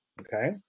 okay